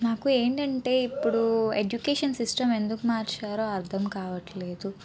నాకు ఏంటంటే ఇప్పుడు ఎడ్యుకేషన్స్ సిస్టం ఎందుకు మార్చారో అర్థం కావట్లేదు